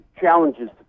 challenges